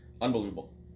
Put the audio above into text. Unbelievable